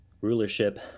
rulership